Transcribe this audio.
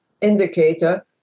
indicator